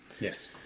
Yes